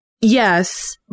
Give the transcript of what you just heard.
Yes